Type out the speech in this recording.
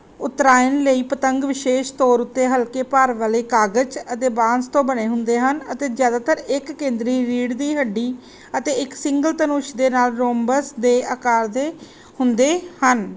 ਉੱਤਰਾਇਣ ਲਈ ਪਤੰਗ ਵਿਸ਼ੇਸ਼ ਤੌਰ ਉੱਤੇ ਹਲਕੇ ਭਾਰ ਵਾਲੇ ਕਾਗਜ਼ ਅਤੇ ਬਾਂਸ ਤੋਂ ਬਣੇ ਹੁੰਦੇ ਹਨ ਅਤੇ ਜ਼ਿਆਦਾਤਰ ਇੱਕ ਕੇਂਦਰੀ ਰੀੜ੍ਹ ਦੀ ਹੱਡੀ ਅਤੇ ਇੱਕ ਸਿੰਗਲ ਧਨੁਸ਼ ਦੇ ਨਾਲ ਰੋਮਬਸ ਦੇ ਆਕਾਰ ਦੇ ਹੁੰਦੇ ਹਨ